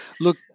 look